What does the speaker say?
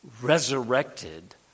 resurrected